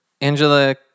Angela